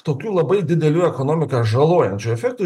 tokių labai didelių ekonomiką žalojančių efektų